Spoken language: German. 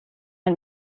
ein